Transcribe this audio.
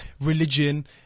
religion